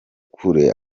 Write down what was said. kure